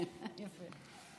כן, יפה.